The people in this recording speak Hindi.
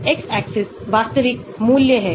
तो सिग्मा X नकारात्मक मूल्य होगा